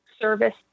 service